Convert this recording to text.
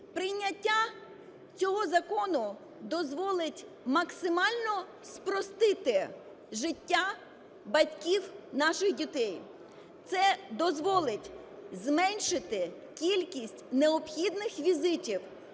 Прийняття цього закону дозволить максимально спростити життя батьків наших дітей. Це дозволить зменшити кількість необхідних візитів